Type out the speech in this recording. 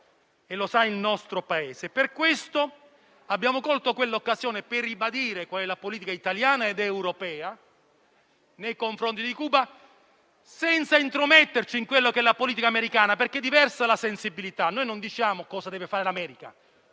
e lo sa il nostro Paese. Per tale ragione abbiamo colto l'occasione per ribadire la politica italiana ed europea nei confronti di Cuba, senza intrometterci nella politica americana perché è diversa la sensibilità. Noi non diciamo cosa deve fare l'America,